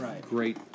great